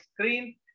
screen